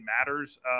matters